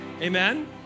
Amen